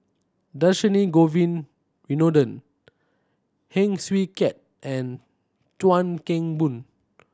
Dhershini Govin Winodan Heng Swee Keat and Chuan Keng Boon